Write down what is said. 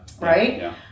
Right